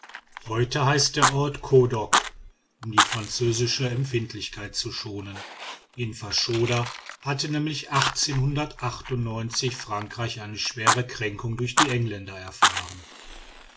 heute heißt der ort kodok um die französische empfindlichkeit zu schonen in faschoda hatte nämlich frankreich eine schwere kränkung durch die engländer erfahren